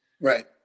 Right